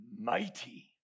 mighty